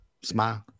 smile